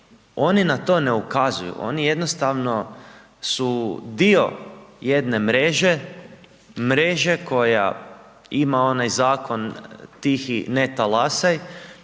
oni na to ne ukazuju, oni jednostavno su dio jedne mreže, mreže koja ima onaj zakon tihi ne talasaj,